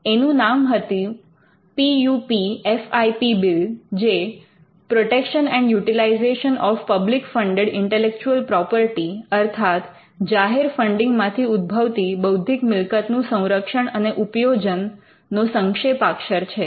એનું નામ હતું P U P F I P bill જે protection and utilization of public funded intellectual property અર્થાત જાહેર ફંડિંગ માથી ઉદ્ભવતી બૌદ્ધિક મિલકતનું સંરક્ષણ અને ઉપયોજન નો સંક્ષેપાક્ષર છે